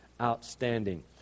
outstanding